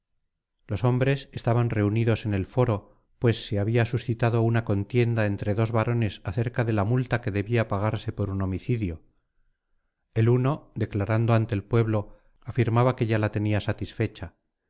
los hombres estaban reunidos en el foro pues se había suscitado una contienda entre dos varones acerca de la multa que debía pagarse por un homicidio el uno declarando ante el pueblo afirmaba que ya la tenía satisfecha